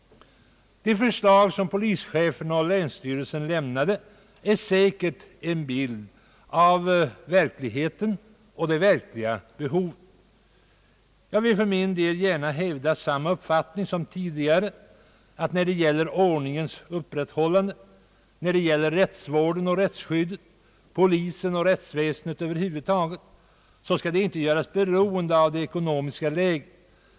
De förslag som polischeferna och länsstyrelserna har lämnat utgör säkert en bild av verkligheten och det sanna behovet. Jag vill för min del gärna hävda samma uppfattning som tidigare, nämligen att ordningens upprätthållande, rättsvården och rättsskyddet samt polisen och rättsväsendet över huvud taget inte skall göras beroende av det ekonomiska läget.